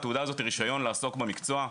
התעודה הזו היא רישיון לעסוק במקצוע.